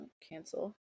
cancel